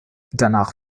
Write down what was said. danach